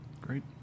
Great